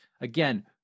again